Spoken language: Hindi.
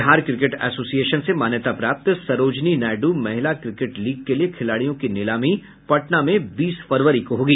बिहार क्रिकेट एसोसिएशन से मान्यता प्राप्त सरोजिनी नायडू महिला क्रिकेट लीग के लिए खिलाड़ियों की नीलामी पटना में बीस फरवरी को होगी